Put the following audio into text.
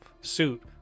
suit